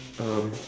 um